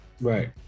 Right